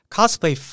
Cosplay